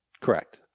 Correct